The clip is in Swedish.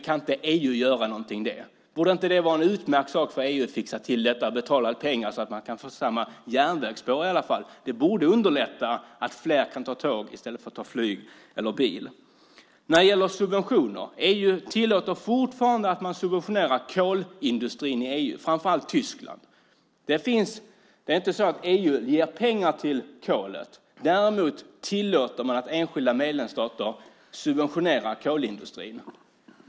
Kan inte EU göra någonting där? Borde inte det vara en utmärkt sak för EU att fixa till - betala ut pengar så att man kan få likadana järnvägsspår i alla fall. Det borde underlätta att fler kan ta tåg i stället för flyg eller bil. EU tillåter fortfarande att man subventionerar kolindustrin i EU, framför allt i Tyskland. Det är inte så att EU ger pengar till kolet, men däremot tillåter man att enskilda medlemsstater subventionerar kolindustrin.